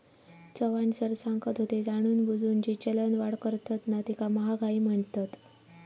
Chavan sir सांगत होते, जाणूनबुजून जी चलनवाढ करतत ना तीका महागाई म्हणतत